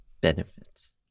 Benefits